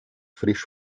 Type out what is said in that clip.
frisch